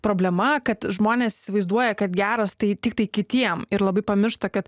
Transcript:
problema kad žmonės įsivaizduoja kad geras tai tiktai kitiem ir labai pamiršta kad